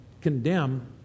condemn